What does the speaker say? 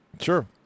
Sure